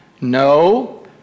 No